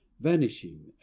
Vanishing